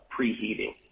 preheating